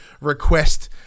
request